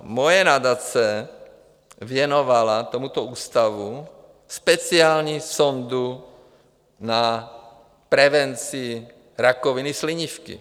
A moje nadace věnovala tomuto ústavu speciální sondu na prevenci rakoviny slinivky.